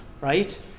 right